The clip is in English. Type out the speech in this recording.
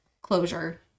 closure